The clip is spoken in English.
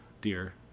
dear